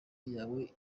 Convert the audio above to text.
yawe